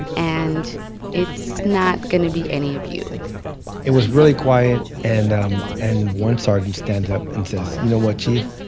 and it's not going to be any of you it was really quiet. and um and one sergeant stands up and says, you know what, chief?